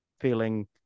feeling